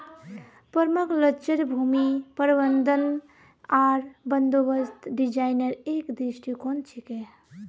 permaculture भूमि प्रबंधन आर बंदोबस्त डिजाइनेर एक दृष्टिकोण छिके